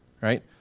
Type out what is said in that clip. right